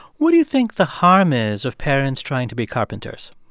what do you think the harm is of parents trying to be carpenters?